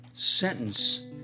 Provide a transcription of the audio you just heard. Sentence